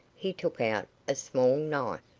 he took out a small knife.